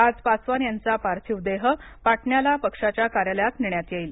आज पासवान यांचा पार्थिव देह पाटण्याला पक्षाच्या कार्यालयात नेण्यात येईल